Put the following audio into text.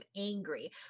angry